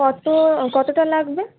কত কতটা লাগবে